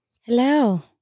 Hello